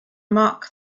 mark